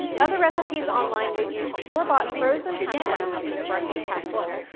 other recipes online we'll use store-bought frozen hashbrowns in their breakfast casserole,